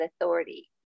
authority